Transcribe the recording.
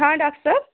ہاں ڈاکٹر صٲب